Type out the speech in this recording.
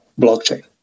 blockchain